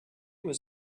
was